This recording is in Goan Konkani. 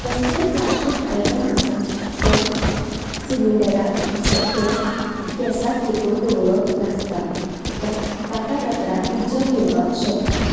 कसलेंय प्लाश्टीक आयटम आसा तें सिलिंडराक तें गॅसाक तेंकून दवरप नासता कित्याक ताका रोखडो उजो घेवपाक शकता